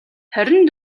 хорин